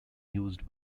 used